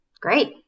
Great